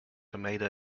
tomato